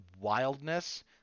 wildness